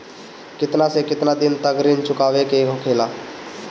केतना से केतना दिन तक ऋण चुकावे के होखेला?